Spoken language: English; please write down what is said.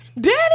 Daddy